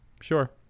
Sure